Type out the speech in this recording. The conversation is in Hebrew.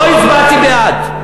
לא הצבעתי בעד.